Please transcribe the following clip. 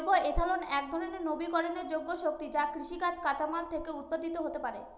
জৈব ইথানল একধরনের নবীকরনযোগ্য শক্তি যা কৃষিজ কাঁচামাল থেকে উৎপাদিত হতে পারে